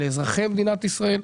לאזרחי מדינת ישראל.